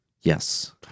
Yes